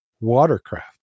watercraft